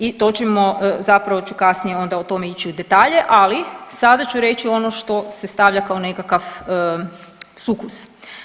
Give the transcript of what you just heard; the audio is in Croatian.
I to ćemo, zapravo ću kasnije onda o tome ići u detalje, ali sada ću reći ono što se stavlja kao nekakav sukus.